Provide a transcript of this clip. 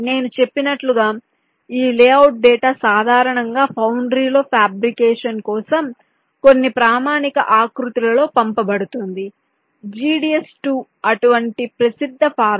నేను చెప్పినట్లుగా ఈ లేఅవుట్ డేటా సాధారణంగా ఫౌండ్రీలో ఫ్యాబ్రికేషన్ కోసం కొన్ని ప్రామాణిక ఆకృతిలో పంపబడుతుంది GDS2 అటువంటి ప్రసిద్ధ ఫార్మాట్